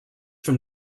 from